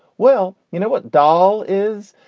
well, you know what doll is?